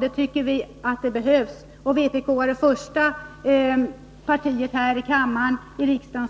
Vi tycker att det behövs, och vpk var det första parti här i kammaren